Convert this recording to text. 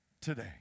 today